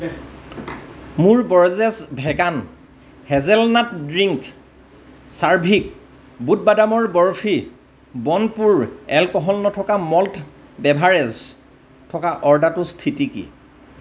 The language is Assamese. মোৰ বৰ্জেছ ভেগান হেজেলনাট ড্ৰিংক চাৰ্ভিক বুট বাদামৰ বৰ্ফি বনপুৰ এলক'হল নথকা মল্ট বেভাৰেজ থকা অৰ্ডাৰটোৰ স্থিতি কি